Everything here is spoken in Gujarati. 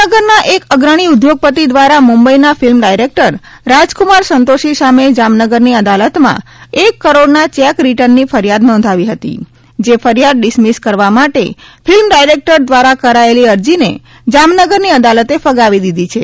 જામનગરના એક અગ્રણી ઉદ્યોગપતી દ્વારા મુંબઈના ફિલ્મ ડાયરેક્ટર રાજકુમાર સંતોષી સામે જામનગરની અદાલતમાં એક કરોડના ચેક રીટર્નની ફરિયાદ નોંધાવી હતી જે ફરિયાદ ડિસમિસ કરવા માટે ફિલ્મ ડાયરેકટર દ્વારા કરાયેલી અરજીને જામનગરની અદાલતે ફગાવી દીધી છે